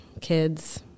kids